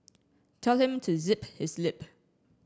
tell him to zip his lip